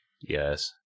Yes